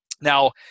Now